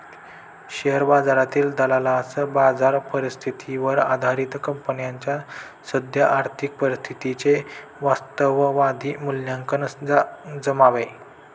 share बाजारातील दलालास बाजार परिस्थितीवर आधारित कंपनीच्या सद्य आर्थिक परिस्थितीचे वास्तववादी मूल्यांकन जमावे